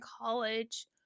college